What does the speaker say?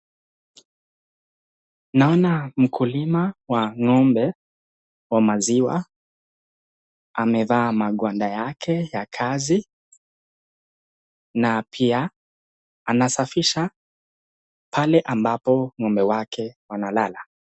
Naona mkulima wa ng'ombe wa maziwa, amefaa magwanda yake ya kazi na pia anasafisha pale ambapo ngombe wake analala.